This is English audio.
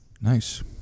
nice